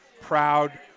proud